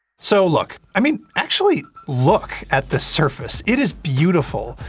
so, look, i mean, actually look at the surface. it is beautiful!